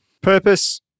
purpose